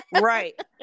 Right